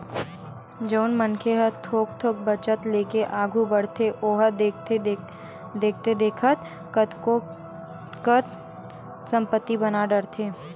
जउन मनखे ह थोक थोक बचत लेके आघू बड़थे ओहा देखथे देखत कतको कन संपत्ति बना डरथे